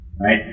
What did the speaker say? right